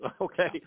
Okay